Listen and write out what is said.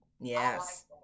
Yes